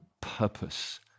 purpose